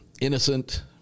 innocent